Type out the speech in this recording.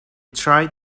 tried